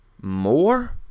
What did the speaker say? more